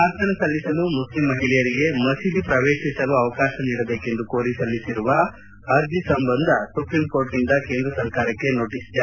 ಪಾರ್ಥನೆ ಸಲ್ಲಿಸಲು ಮುಸ್ಲಿಂ ಮಹಿಳೆಯರಿಗೆ ಮಸೀದಿ ಪ್ರವೇಶಿಸಲು ಅವಕಾಶ ನೀಡಬೇಕೆಂದು ಕೋರಿ ಸಲ್ಲಿಸಿರುವ ಅರ್ಜಿ ಸಂಬಂಧ ಸುಪ್ರೀಂ ಕೋರ್ಟ್ನಿಂದ ಕೇಂದ್ರ ಸರ್ಕಾರಕ್ಷೆ ನೋಟಿಸ್ ಜಾರಿ